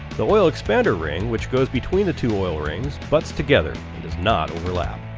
the oil expander ring which goes between the two oil rings, butts together, it does not overlap!